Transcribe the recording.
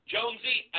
Jonesy